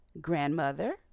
grandmother